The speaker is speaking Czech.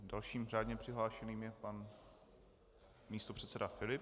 Dalším řádně přihlášeným je pan místopředseda Filip.